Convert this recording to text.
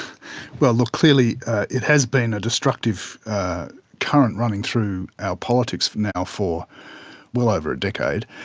well look, clearly it has been a destructive current running through our politics now for well over a decade.